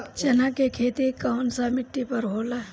चन्ना के खेती कौन सा मिट्टी पर होला?